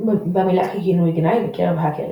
במילה ככינוי גנאי בקרב האקרים,